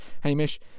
Hamish